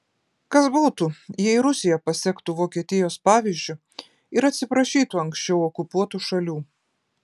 kas būtų jei rusija pasektų vokietijos pavyzdžiu ir atsiprašytų anksčiau okupuotų šalių